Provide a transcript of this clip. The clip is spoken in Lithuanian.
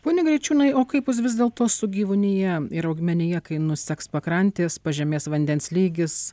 pone greičiūnai o kaip bus vis dėl to su gyvūnija ir augmenija kai nuseks pakrantės pažemės vandens lygis